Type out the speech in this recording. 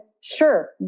sure